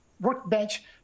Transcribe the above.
workbench